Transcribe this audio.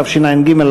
התשע"ג 2013,